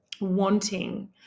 wanting